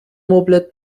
مبلت